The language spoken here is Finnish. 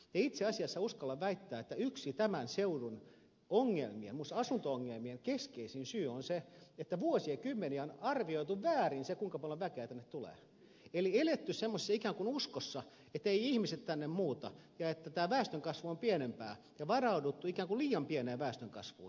itse asiassa uskallan väittää että yksi tämän seudun ongelmia muun muassa asunto ongelmien keskeisin syy on se että vuosikymmeniä on arvioitu väärin kuinka paljon väkeä tänne tulee eli eletty semmoisessa uskossa etteivät ihmiset tänne muuta ja että tämä väestönkasvu on pienempää ja varauduttu ikään kuin liian pieneen väestönkasvuun mistä nämä seuraukset aiheutuvat